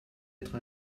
être